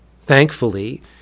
thankfully